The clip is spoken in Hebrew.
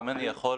אם אני יכול,